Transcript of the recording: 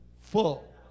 full